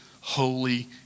holy